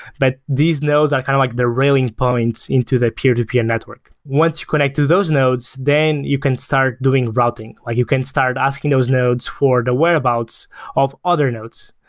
but these nodes are kind of like the railing points into the peer-to-peer network once you connect to those nodes, then you can start doing routing, or you can start asking those nodes for the whereabouts of other nodes.